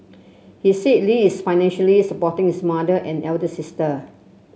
he said Lee is financially supporting his mother and elder sister